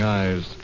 eyes